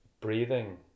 breathing